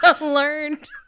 learned